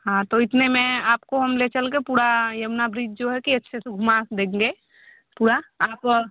हाँ तो इतने में आपको हम ले चल कर पूरा यमुना ब्रिज जो है कि अच्छे से घुमा देंगे पूरा आपको